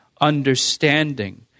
understanding